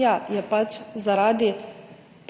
Ja, zaradi